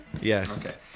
Yes